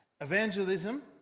evangelism